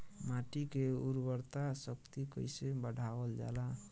माटी के उर्वता शक्ति कइसे बढ़ावल जाला?